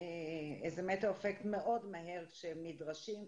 למען האמת מאוד מהר כשהם נדרשים,